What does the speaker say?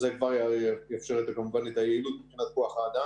אז זה כבר איפשר כמובן את היעילות מבחינת כוח-האדם.